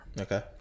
Okay